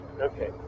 Okay